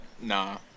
Nah